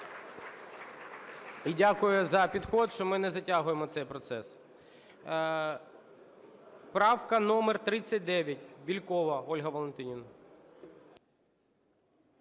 І дякую за підхід, що ми не затягуємо цей процес. Правка номер 39, Бєлькова Ольга Валентинівна.